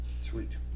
sweet